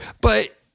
But-